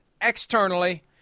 externally